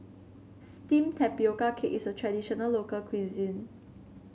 steamed Tapioca Cake is a traditional local cuisine